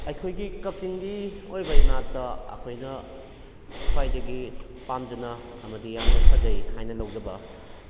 ꯑꯩꯈꯣꯏꯒꯤ ꯀꯛꯆꯤꯡꯒꯤ ꯑꯣꯏꯕ ꯏꯅꯥꯠꯇ ꯑꯩꯈꯣꯏꯅ ꯈ꯭ꯋꯥꯏꯗꯒꯤ ꯄꯥꯝꯖꯅ ꯑꯃꯗꯤ ꯌꯥꯝꯅ ꯐꯖꯩ ꯍꯥꯏꯅ ꯂꯧꯖꯕ